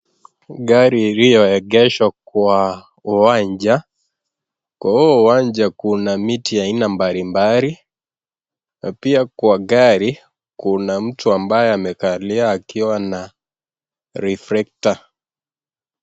Gari ilio egeshwa Kwa uwanja, kwa huu uwanja kuna miti wa aina mbali mbali na pia kwa gari kuna mtu ambaye amekalia akiwa na reflector .